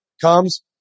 comes